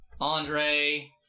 Andre